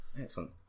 Excellent